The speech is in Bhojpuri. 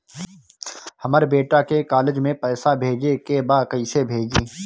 हमर बेटा के कॉलेज में पैसा भेजे के बा कइसे भेजी?